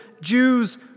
Jews